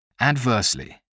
Adversely